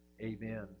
amen